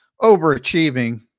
overachieving